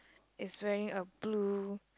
it's wearing a blue